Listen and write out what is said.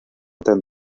tan